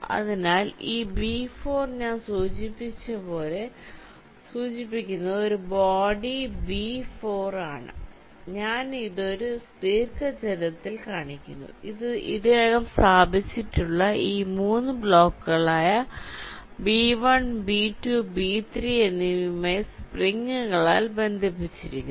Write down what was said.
അതിനാൽ ഈ ബി 4 ഞാൻ സൂചിപ്പിക്കുന്നത് ഒരു ബോഡി ബി 4 ആണ് ഞാൻ ഇത് ഒരു ദീർഘചതുരത്തിൽ കാണിക്കുന്നു ഇത് ഇതിനകം സ്ഥാപിച്ചിട്ടുള്ള ഈ മൂന്ന് ബ്ലോക്കുകളായ ബി 1 ബി 2 ബി 3 എന്നിവയുമായി സ്പ്രിങ്ങുകളാൽ ബന്ധിപ്പിച്ചിരിക്കുന്നു